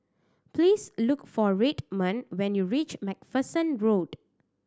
please look for Redmond when you reach Macpherson Road